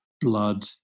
blood